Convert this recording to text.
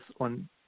on